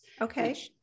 Okay